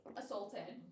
assaulted